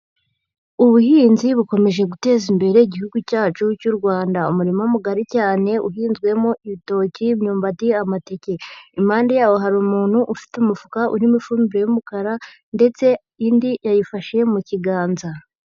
Ubuhinzi bukomeje guteza imbere igihugu cyacu cy'u Rwanda. Umurima mugari cyane, uhinzwemo ibitoki, imyumbati, amateke. impande yaho hari umuntu ufite umufuka urimo ifumbe y'umukara, ndetse indi yayifashe mu kiganza.